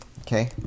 okay